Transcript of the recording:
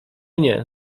nie